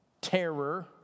terror